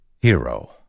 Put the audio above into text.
Hero